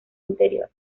interior